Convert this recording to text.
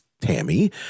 Tammy